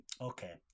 Okay